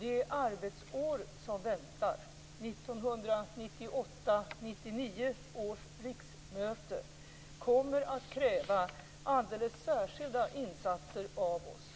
Det arbetsår som väntar, 1998/99 års riksmöte, kommer att kräva alldeles särskilda insatser av oss.